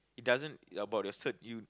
it doesn't about the cert you